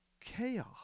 chaos